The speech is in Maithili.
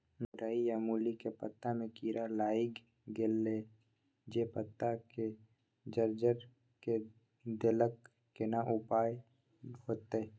मूरई आ मूली के पत्ता में कीरा लाईग गेल जे पत्ता के जर्जर के देलक केना उपाय होतय?